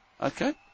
Okay